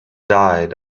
died